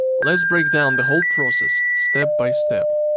let's break down the whole process step by step.